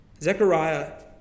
Zechariah